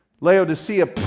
Laodicea